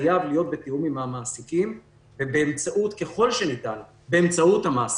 זה חייב להיות בתיאום עם המעסיקים וככול שניתן באמצעות המעסיקים.